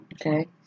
Okay